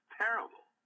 terrible